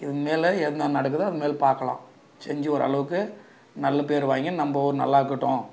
இதுக்குமேலே என்ன நடக்குதோ இனிமேல் பார்க்கலாம் செஞ்சு ஓரளவுக்கு நல்லப்பேர் வாங்கி நம்ம ஊர் நல்லாயிருக்கட்டும்